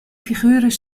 figuren